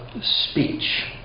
speech